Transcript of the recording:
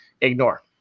ignore